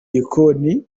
gikoni